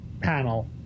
panel